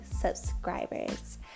subscribers